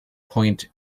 point